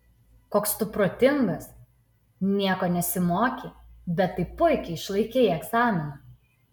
koks tu protingas nieko nesimokei bet taip puikiai išlaikei egzaminą